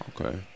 Okay